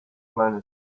planet